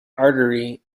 artery